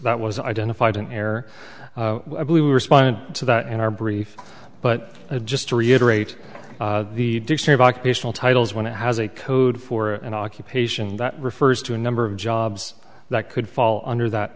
that was identified an error i believe respondent to that in our brief but just to reiterate the dictionary occupational titles when it has a code for an occupation that refers to a number of jobs that could fall under that